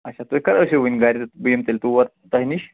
آچھا تُہۍ کر ٲسِو وۄنۍ گھرِ تہٕ بہٕ یمہٕ تیٚلہِ تور توہہِ نِش